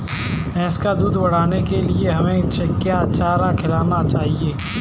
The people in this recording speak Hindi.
भैंस का दूध बढ़ाने के लिए हमें क्या चारा खिलाना चाहिए?